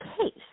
case